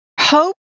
Hope